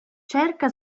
cerca